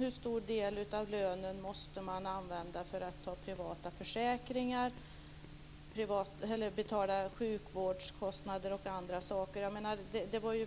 Hur stor del av lönen måste man använda för att ta privata försäkringar och betala sjukvårdskostnader och andra saker? Det var ju